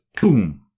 boom